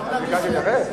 סליחה, אני רוצה להתייחס.